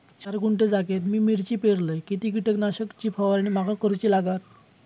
चार गुंठे जागेत मी मिरची पेरलय किती कीटक नाशक ची फवारणी माका करूची लागात?